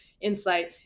insight